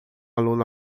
aluno